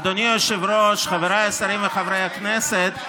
אדוני היושב-ראש, חבריי חברי הכנסת,